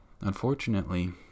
Unfortunately